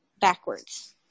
backwards